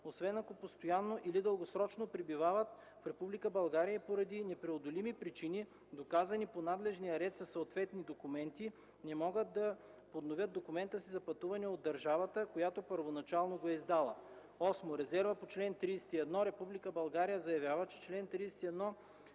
освен ако постоянно или дългосрочно пребивават в Република България и поради непреодолими причини, доказани по надлежния ред със съответни документи, не могат да подновят документа си за пътуване от държавата, която първоначално го е издала.” 8. Резерва по чл. 31: „Република България заявява, че чл. 31 не